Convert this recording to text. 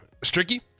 Stricky